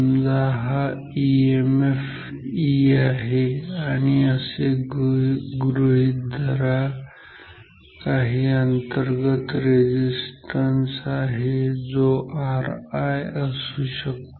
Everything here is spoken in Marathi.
समजा हा ईएमएफ E आहे आणि असे गृहीत धरा काही अंतर्गत रेझिस्टन्स आहे जो ri असू शकतो